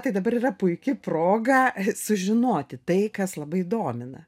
tai dabar yra puiki proga sužinoti tai kas labai domina